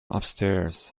upstairs